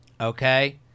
okay